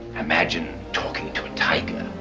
imagine talking to a tiger,